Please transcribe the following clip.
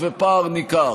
ובפער ניכר.